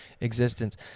existence